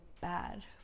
bad